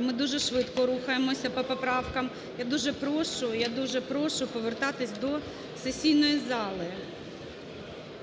ми дуже швидко рухаємося по поправкам. Я дуже прошу повертатися до сесійної зали.